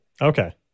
Okay